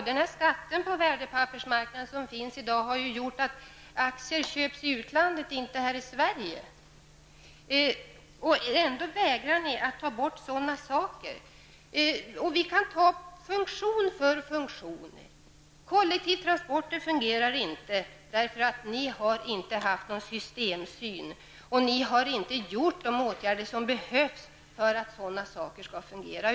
Dagens skatt på värdepapper har gjort att värdepapper nu köps i utlandet och inte i Sverige. Ändå vägrar ni att ta bort denna skatt. Jag kan ta funktion för funktion. Kollektivtransporter fungerar inte, därför att ni inte haft någon systemsyn och inte vidtagit de åtgärder som hade erfordrats för att dessa saker skall fungera.